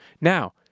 Now